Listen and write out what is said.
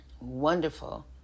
wonderful